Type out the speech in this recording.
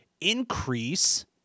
increase